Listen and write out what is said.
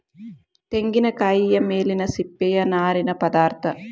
ತೆಂಗಿನಕಾಯಿಯ ಮೇಲಿನ ಸಿಪ್ಪೆಯ ನಾರಿನ ಪದಾರ್ಥ